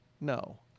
no